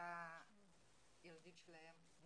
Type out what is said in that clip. הכול בסדר.